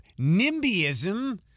NIMBYism